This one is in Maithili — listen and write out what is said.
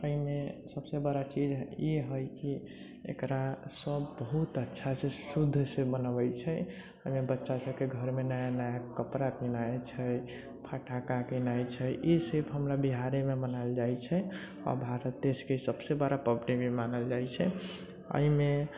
एहिमे सभसँ बड़ा चीज ई हइ कि एकरा सभ बहुत अच्छासँ शुद्धसँ मनबै छै एहिमे बच्चासभके घरमे नया नया कपड़ा किनाइ छै फटक्का किनाइ छै ई सिर्फ हमरा बिहारेमे मनायल जाइ छै आओर भारत देशके सभसँ बड़ा पबनी भी मानल जाइ छै एहिमे